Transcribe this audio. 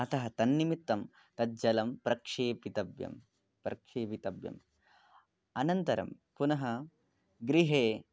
अतः तन्निमित्तं तद् जलं प्रक्षेपितव्यं प्रक्षेपितव्यम् अनन्तरं पुनः गृहे